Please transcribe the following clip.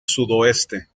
sudoeste